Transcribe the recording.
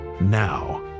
Now